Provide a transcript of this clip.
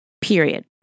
period